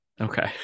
okay